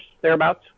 thereabouts